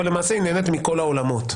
אבל למעשה היא נהנית מכל העולמות.